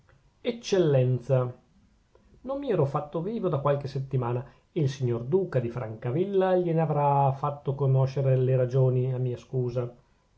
eccellenza non mi ero fatto vivo da qualche settimana e il signor duca di francavilla gliene avrà fatto conoscere le ragioni a mia scusa